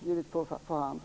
givit på hand.